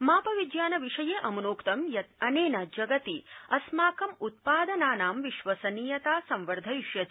माप विज्ञान विषये अमुनोक्तं यत् अनेन जगति अस्माकं उत्पादनानां विश्वसनीयता संवर्धयिष्यति